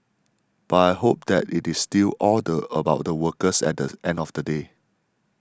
but I hope that it is still all the about the workers at the end of the day